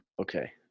Okay